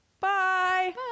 Bye